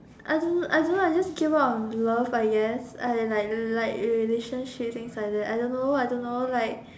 I don't know I don't know I just gave up on love I guess I like like relationship things like that I don't know I don't know like